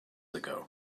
ago